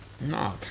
No